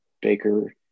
baker